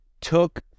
took